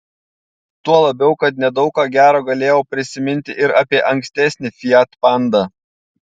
tuo labiau kad nedaug ką gero galėjau prisiminti ir apie ankstesnį fiat panda